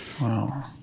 Wow